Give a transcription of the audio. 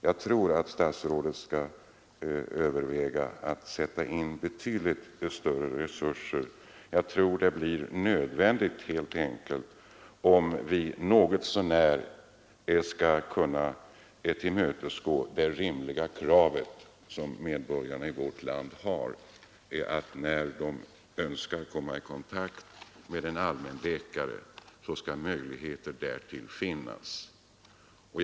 Jag tror att statsrådet skall överväga att sätta in betydligt större resurser. Det tror jag helt enkelt blir nödvändigt om vi något så när skall kunna tillmötesgå det rimliga krav som medborgarna i vårt land ställer på att kunna komma i kontakt med en allmänläkare när de så önskar.